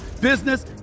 business